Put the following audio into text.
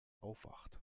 aufwacht